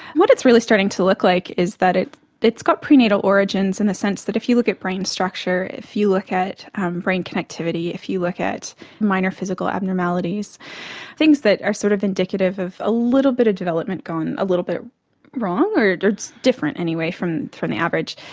what it's really starting to look like is that it's got prenatal origins, in the sense that if you look at brain structure, if you look at brain connectivity, if you look at minor physical abnormalities things that are sort of indicative of a little bit of development gone a little bit wrong, or different anyway, from from the average,